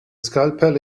scalpel